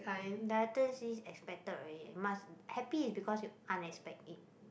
director's list expected already you must happy is because you unexpect it